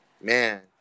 Man